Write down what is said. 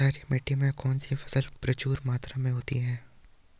क्षारीय मिट्टी में कौन सी फसल प्रचुर मात्रा में होती है?